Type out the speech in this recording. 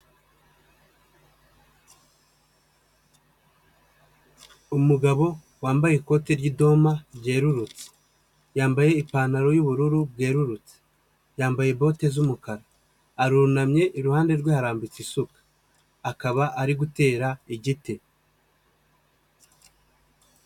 Umugabo wambaye ikoti ry'idoma ryerurutse, yambaye ipantaro y'ubururu bwerurutse yambaye bote z'umukara, arunamye iruhande rwe harambitse isuka, akaba ari gutera igiti.